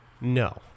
No